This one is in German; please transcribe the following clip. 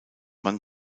man